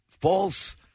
false